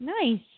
Nice